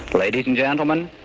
ladies and gentlemen,